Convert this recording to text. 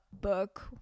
book